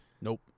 Nope